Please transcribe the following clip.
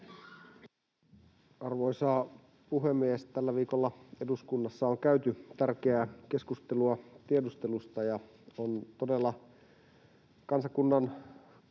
Arvoisa puhemies! Tällä viikolla eduskunnassa on käyty tärkeää keskustelua tiedustelusta, ja on todella kansakunnan